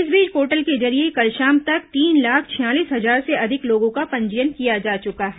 इस बीच पोर्टल के जरिए कल शाम तक तीन लाख छियालीस हजार से अधिक लोगों का पंजीयन किया जा चुका है